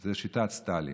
זה שיטת סטלין.